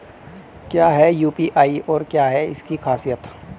क्या है यू.पी.आई और क्या है इसकी खासियत?